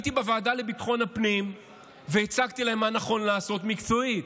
הייתי בוועדה לביטחון הפנים והצגתי להם מה נכון לעשות מקצועית,